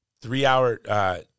three-hour